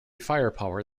firepower